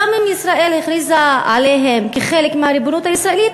גם אם ישראל הכריזה עליהם כחלק מהריבונות הישראלית,